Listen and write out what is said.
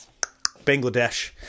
Bangladesh